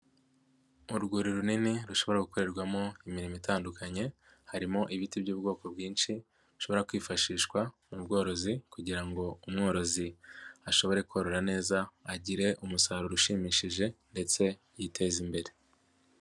Ni urwuri runini rushobora gukorerwamo imirimo itandukanye harimo ibiti by'ubwoko bwinshi bishobora kwifashishwa mu bworozi kugira ngo umworozi ashobore korora neza agire umusaruro ushimishije ndetse yiteze imbere.